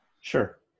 Sure